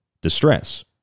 distress